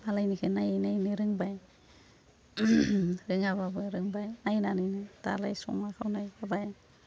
मालायनिखौ नायै नायैनो रोंबाय रोङाबाबो रोंबाय नायनानैनो दालाय संनाय खावनायखौलाय